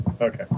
Okay